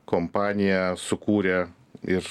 kompanija sukūrė ir